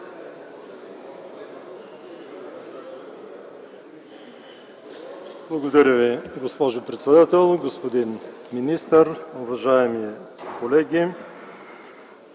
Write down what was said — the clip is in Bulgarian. Благодаря Ви, госпожо председател. Господин министър, уважаеми колеги!